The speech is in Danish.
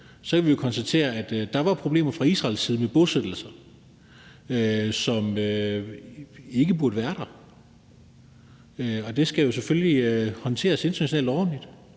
kan vi konstatere, at der var problemer fra Israels side med bosættelser, som ikke burde være der, og det skal jo selvfølgelig håndteres internationalt ordentligt.